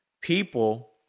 People